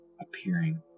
appearing